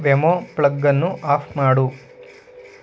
Wemo ಪ್ಲಗ್ಗನ್ನು off ಮಾಡು